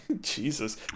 Jesus